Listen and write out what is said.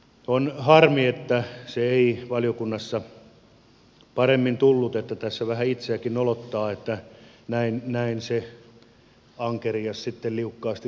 on harmi että se ei valiokunnassa paremmin tullut tässä vähän itseäkin nolottaa että näin se ankerias sitten liukkaasti luiskahti haavista pois